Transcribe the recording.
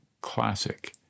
Classic